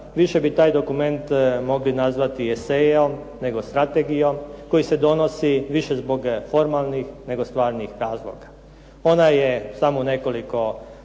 više bi taj dokument mogli nazvati esejom nego strategijom koji se donosi više zbog formalnih nego stvarnih razloga. Ona je samo nekoliko